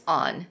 on